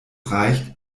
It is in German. reicht